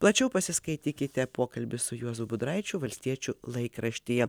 plačiau pasiskaitykite pokalbį su juozu budraičiu valstiečių laikraštyje